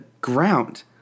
ground